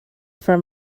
for